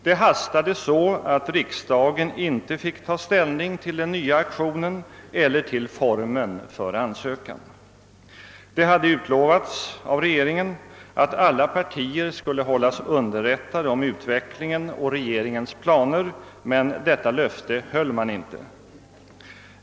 Det hastade så att riksdagen inte fick ta ställning till den nya aktionen eller till formen för ansökan. Det hade utlovats av regeringen att alla partier skulle hållas underrättade om utvecklingen och regeringens planer, men detta löfte höll man inte.